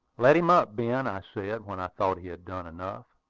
let him up, ben, i said, when i thought he had done enough.